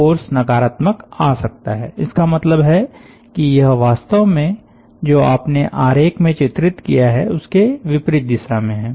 force नकारात्मक आ सकता है इसका मतलब है की यह वास्तव में जो आपने आरेख में चित्रित किया है उसके विपरीत दिशा में है